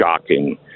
shocking